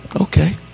Okay